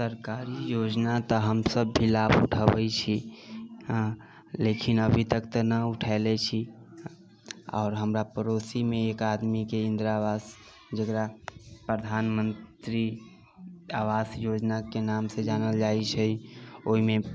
सरकारी योजना तऽ हम सभ लाभ उठाबै छी हँ लेकिन अभी तक तऽ नहि उठेलै छी आओर हमरा पड़ोसीमे एक आदमीके इन्दिरा आवास जेकरा प्रधानमन्त्री आवास योजनाके नामसँ जानल जाइ छै ओहिमे